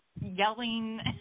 yelling